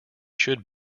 should